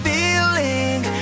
Feeling